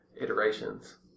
iterations